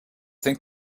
think